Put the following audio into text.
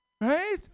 Right